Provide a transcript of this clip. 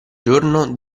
giorno